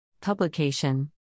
Publication